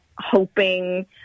hoping